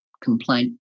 complaint